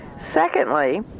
Secondly